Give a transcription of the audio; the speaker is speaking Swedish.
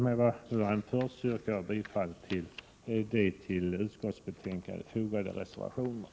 Med vad jag nu anfört yrkar jag bifall till de till utskottsbetänkandet fogade reservationerna.